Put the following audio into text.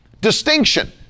Distinction